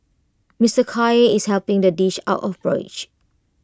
Mister Khair is helping to dish out of porridge